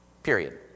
period